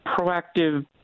proactive